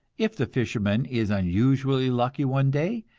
if the fisherman is unusually lucky one day,